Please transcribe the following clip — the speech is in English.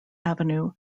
avenue